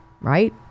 right